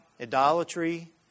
idolatry